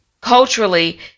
culturally